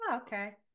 Okay